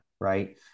Right